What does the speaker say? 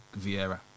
Vieira